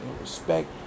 respect